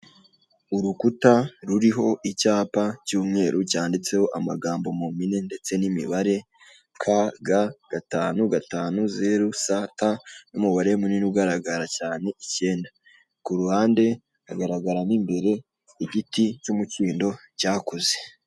Urukuta ruriho icyapa cy'umweru cyanditseho amagambo mumpine ndetse n'imibare KG550ST n'umubare munini ugaragara cyane icyenda, kuruhande hagaragara mo imbere igiti cy'umukindo cyakuze.